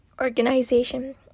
organization